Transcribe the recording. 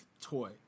toy